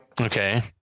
Okay